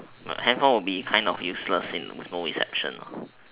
handphone would be kind of useless with no reception ah